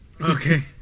Okay